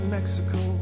Mexico